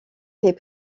fait